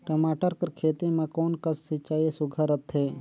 टमाटर कर खेती म कोन कस सिंचाई सुघ्घर रथे?